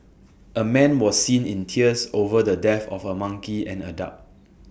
A man was seen in tears over the death of A monkey and A duck